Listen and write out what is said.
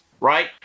right